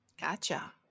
Gotcha